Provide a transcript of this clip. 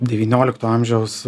devyniolikto amžiaus